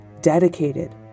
dedicated